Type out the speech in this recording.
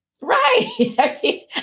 Right